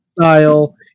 style